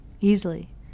easily